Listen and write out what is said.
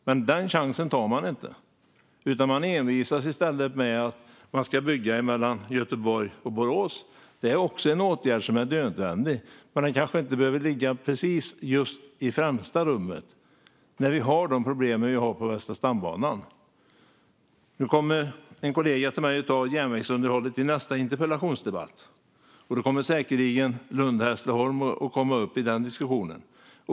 Men den chansen tar man inte, utan i stället envisas man med att man ska bygga mellan Göteborg och Borås. Det är också en åtgärd som är nödvändig, men den kanske inte behöver sättas i främsta rummet när vi har de problem vi har på Västra stambanan. En kollega till mig kommer att ta upp järnvägsunderhållet i nästa interpellationsdebatt, och då kommer säkerligen Lund-Hässleholm att komma upp i diskussionen.